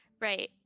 right